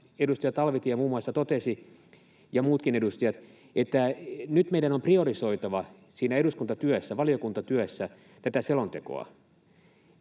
edustaja Talvitie muun muassa totesi — ja muutkin edustajat — että nyt meidän on priorisoitava siinä eduskuntatyössä, valiokuntatyössä tätä selontekoa.